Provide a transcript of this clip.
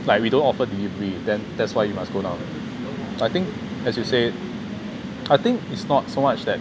like we don't offer delivery then that's why you must go down I think as you said I think is not so much that